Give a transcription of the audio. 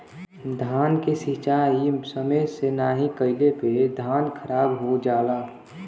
धान के सिंचाई समय से नाहीं कइले पे धान खराब हो जाला